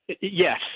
Yes